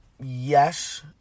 yes